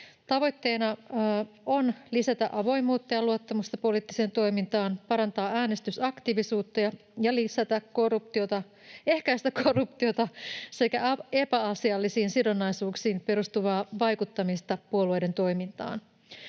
Tavoitteena on lisätä avoimuutta ja luottamusta poliittiseen toimintaan, parantaa äänestysaktiivisuutta ja ehkäistä korruptiota sekä epäasiallisiin sidonnaisuuksiin perustuvaa vaikuttamista puolueiden toimintaan.